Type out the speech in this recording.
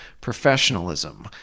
professionalism